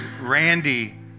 Randy